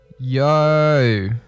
yo